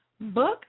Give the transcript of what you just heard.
book